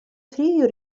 three